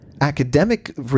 academic